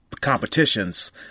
competitions